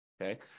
Okay